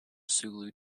sulu